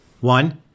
One